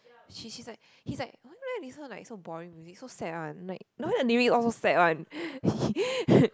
she she's like he's like why you listen to like so boring music so sad one like the lyrics all so sad one